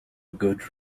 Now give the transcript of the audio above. good